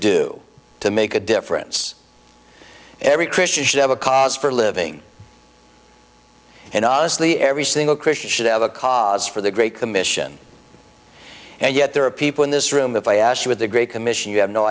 do to make a difference every christian should have a cause for living in us the every single christian should have a cause for the great commission and yet there are people in this room if i asked you at the great commission you have no